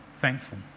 thankful